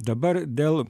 dabar dėl